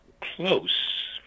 close